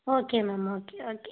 okay ma'am okay okay